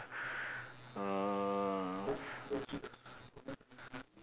uhh